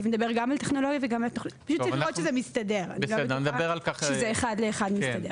פשוט צריך לראות שזה מסתדר אחד לאחד.